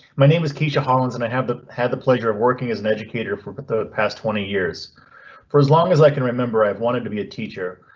my name is kisha hollins and i have had the pleasure of working as an educator for but the past twenty years for as long as i can remember, i've wanted to be teacher.